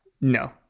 No